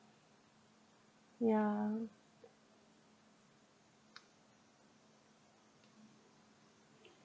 ya